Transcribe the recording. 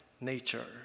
nature